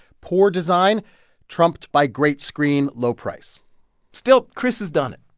poor design trumped by great screen, low price still, chris has done it.